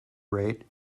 rate